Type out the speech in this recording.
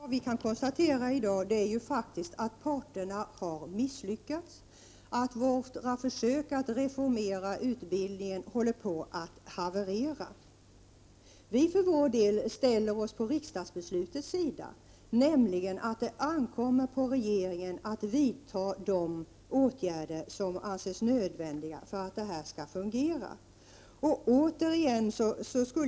Herr talman! Vad vi i dag kan konstatera är att parterna har misslyckats och att våra försök att reformera utbildningen håller på att haverera. Vi i folkpartiet ställer oss för vår del på riksdagsbeslutets sida. Det ankommer på regeringen att vidta de åtgärder som anses nödvändiga för att det här skall fungera.